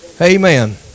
Amen